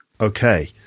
Okay